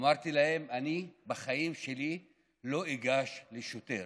אמרתי להם: אני בחיים שלי לא אגש לשוטר.